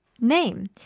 name